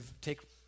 take